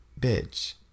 bitch